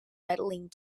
medaling